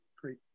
Great